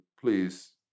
please